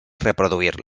reproduir